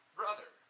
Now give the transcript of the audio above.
brother